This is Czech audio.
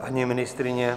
Paní ministryně?